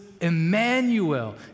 Emmanuel